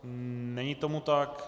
Není tomu tak.